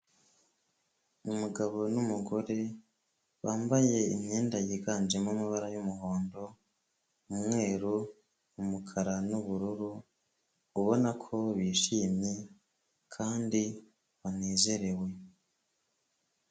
Umugabo n'umugore, bambaye imyenda yiganjemo amabara y'umuhondo, umweru, umukara n'ubururu, ubona ko bishimye kandi banezerewe.